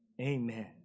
amen